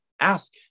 ask